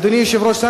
אדוני היושב-ראש,